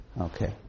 Okay